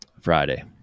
Friday